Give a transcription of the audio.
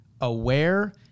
aware